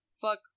fuck